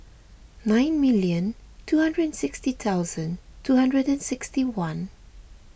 nine million two hundred and sixty thousand two hundred and sixty one